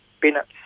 peanuts